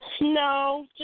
No